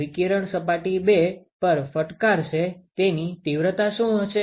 વિકિરણ સપાટી 2 પર ફટકારશે તેની તીવ્રતા શું હશે